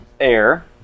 air